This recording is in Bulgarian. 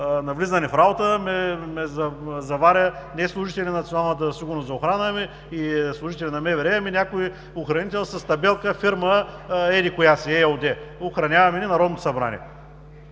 на влизане в работа, заваря не служители на Националната служба за охрана и служители на МВР, ами някой охранител с табелка „Фирма Еди-коя-си ЕООД“ – охраняваме ние Народното събрание?!